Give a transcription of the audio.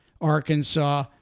Arkansas